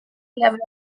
level